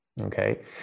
Okay